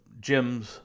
gyms